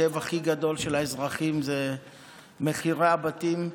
הכאב הכי גדול של האזרחים זה מחירי הבתים.